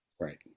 Right